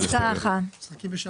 לא.